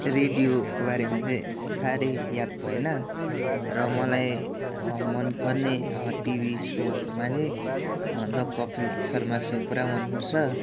रेडियोको बारेमा चाहिँ साह्रै याद भएन र मलाई मनपर्ने टिभी सोहरूमा चाहिँ द कपील शर्मा सो पुरा मनपर्छ